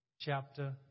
chapter